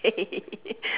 hey